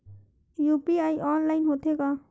UPI online होथे का?